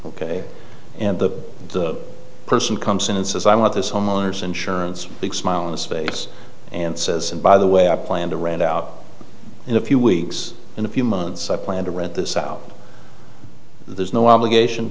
and the person comes in and says i want this homeowner's insurance big smile on his face and says and by the way i plan to rent out in a few weeks in a few months i plan to rent this out there's no obligation